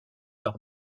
par